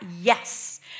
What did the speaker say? yes